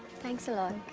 thanks a lot.